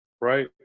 right